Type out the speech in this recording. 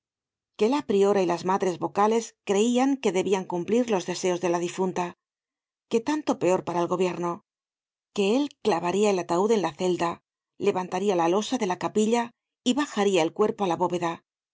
que la priora y las madres vocales creian que debian cumplir los deseos de la difunta que tanto peor para el gobierno que él clavaria el ataud en la celda levantaría la losa de la capilla y bajaría el cuerpo á la bóveda